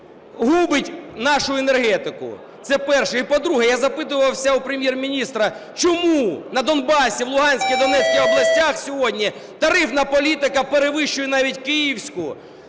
губить нашу енергетику? Це перше. І, по-друге, я запитував у Прем’єр-міністра, чому на Донбасі, в Луганській, Донецькій областях сьогодні тарифна політика перевищує навіть київську?